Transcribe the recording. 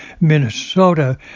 Minnesota